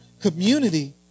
community